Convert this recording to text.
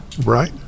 Right